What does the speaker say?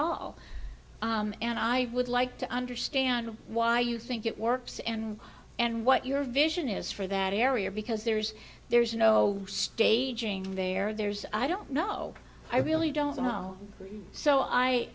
all and i would like to understand why you think it works and and what your vision is for that area because there's there's no staging there there's i don't know i really don't know so i